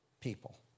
people